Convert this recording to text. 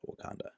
Wakanda